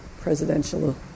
presidential